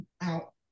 out